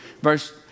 Verse